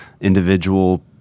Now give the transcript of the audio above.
individual